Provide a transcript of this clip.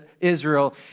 Israel